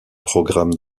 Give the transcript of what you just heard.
programme